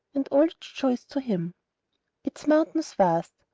and all its joys, to him its mountains vast,